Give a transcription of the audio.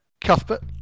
Cuthbert